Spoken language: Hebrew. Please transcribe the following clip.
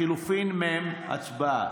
לחלופין ל"ט, הצבעה.